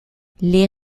les